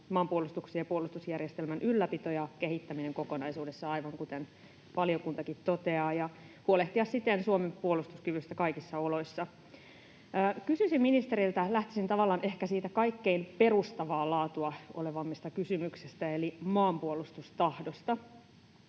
maanpuolustuksen ja puolustusjärjestelmän ylläpito ja kehittäminen kokonaisuudessaan, aivan kuten valiokuntakin toteaa, ja huolehtia siten Suomen puolustuskyvystä kaikissa oloissa. Kysyisin ministeriltä — lähtisin tavallaan ehkä siitä kaikkein perustavinta laatua olevasta kysymyksestä — maanpuolustustahdosta.